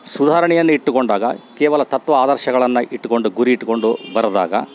ಸುಧಾರಣೆಯನ್ನು ಇಟ್ಟುಕೊಂಡಾಗ ಕೇವಲ ತತ್ವ ಆದರ್ಶಗಳನ್ನಇಟ್ಕೊಂಡು ಗುರಿ ಇಟ್ಕೊಂಡು ಬರೆದಾಗ